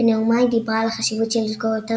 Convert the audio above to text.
בנאומה היא דיברה על החשיבות של לזכור יותר